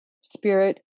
spirit